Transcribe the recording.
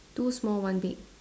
two small one big